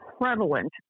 prevalent